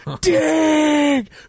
Dig